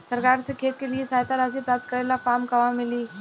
सरकार से खेत के लिए सहायता राशि प्राप्त करे ला फार्म कहवा मिली?